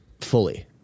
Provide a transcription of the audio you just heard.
fully